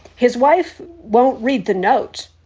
his wife won't read the note.